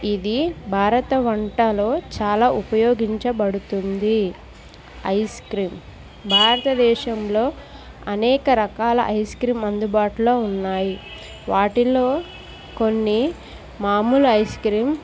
ఇది భారత వంటలో చాలా ఉపయోగించబడుతుంది ఐస్ క్రీమ్ భారతదేశంలో అనేక రకాల ఐస్ క్రీమ్ అందుబాటులో ఉన్నాయి వాటిలో కొన్ని మామూలు ఐస్ క్రీమ్